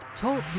Talk